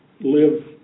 live